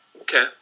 Okay